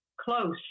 close